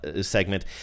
segment